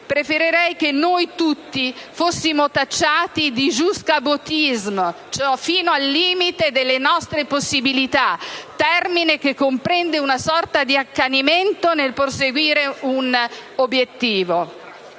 Preferirei che noi tutti fossimo tacciati di *jusqu'au-boutisme,* (fino al limite delle nostre possibilità) termine che comprende una sorta di accanimento nel perseguire un obiettivo.